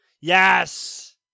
Yes